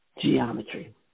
geometry